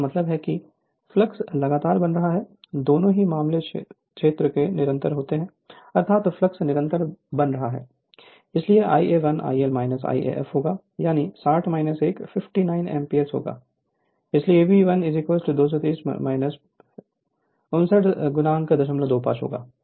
इसका मतलब है कि फ्लक्स लगातार बना रहता है दोनों ही मामले क्षेत्र के निरंतर होते हैं अर्थात फ्लक्स निरंतर बना रहता है इसलिए Ia1 IL If होगा यानी 60 1 59 एंपियर होगा इसलिए Eb1 230 59025 होगा